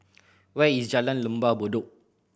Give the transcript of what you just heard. where is Jalan Lembah Bedok